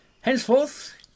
Henceforth